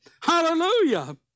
Hallelujah